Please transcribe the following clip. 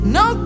no